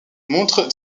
montrent